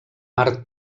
mar